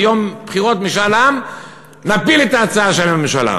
ביום בחירות, משאל עם, נפיל את ההצעה של הממשלה.